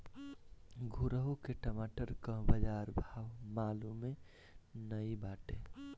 घुरहु के टमाटर कअ बजार भाव मलूमे नाइ बाटे